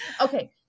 Okay